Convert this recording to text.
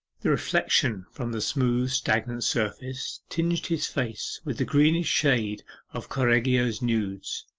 the reflection from the smooth stagnant surface tinged his face with the greenish shades of correggio's nudes.